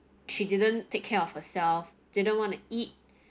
she didn't take care of herself didn't want to eat